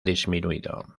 disminuido